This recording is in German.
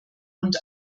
und